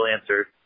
answer